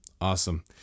Awesome